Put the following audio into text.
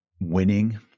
winning